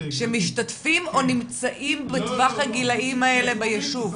שמשתתפים או נמצאים בטווח הגילאים האלה ביישוב?